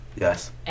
Yes